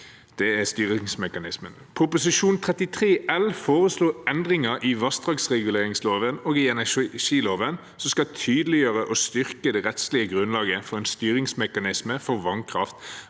Det er styringsmekanismen. Proposisjon 33 L for 2023–2024 foreslår endringer i vassdragsreguleringsloven og i energiloven som skal tydeliggjøre og styrke det rettslige grunnlaget for en styringsmekanisme for vannkraft